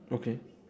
okay